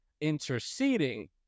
interceding